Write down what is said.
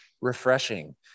refreshing